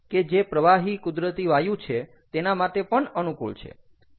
કે જે પ્રવાહી કુદરતી વાયુ છે તેના માટે પણ અનુકૂળ છે